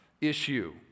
issue